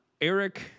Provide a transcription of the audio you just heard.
Eric